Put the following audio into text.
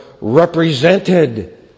represented